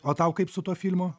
o tau kaip su tuo filmu